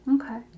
Okay